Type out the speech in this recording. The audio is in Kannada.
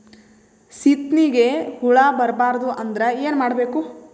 ಸೀತ್ನಿಗೆ ಹುಳ ಬರ್ಬಾರ್ದು ಅಂದ್ರ ಏನ್ ಮಾಡಬೇಕು?